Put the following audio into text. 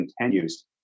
continues